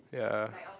ya